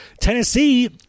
Tennessee